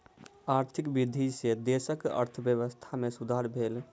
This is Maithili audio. आर्थिक वृद्धि सॅ देशक अर्थव्यवस्था में सुधार भेल